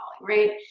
right